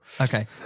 Okay